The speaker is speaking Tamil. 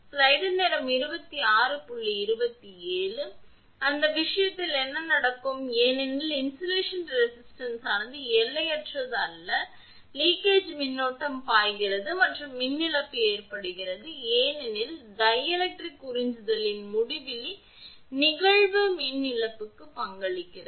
எனவே அந்த விஷயத்தில் என்ன நடக்கும் ஏனெனில் இன்சுலேஷன் ரெசிஸ்டன்ஸானது எல்லையற்றது அல்ல லீகேஜ் மின்னோட்டம் பாய்கிறது மற்றும் மின் இழப்பு ஏற்படுகிறது ஏனெனில் டைஎலக்ட்ரிக் உறிஞ்சுதலின் முடிவிலி நிகழ்வு மின் இழப்புக்கு பங்களிக்கிறது